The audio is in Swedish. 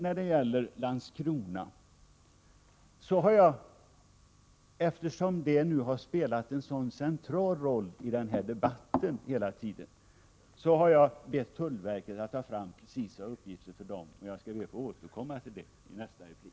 Eftersom Landskrona hela tiden i den här debatten har spelat en sådan AA central roll, har jag bett tullverket att ta fram precisa uppgifter. Jag skall be Tullförrättningsav , gifter, m.m. att få återkomma till det i nästa replik.